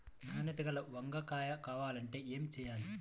నాణ్యత గల వంగ కాయ కావాలంటే ఏమి చెయ్యాలి?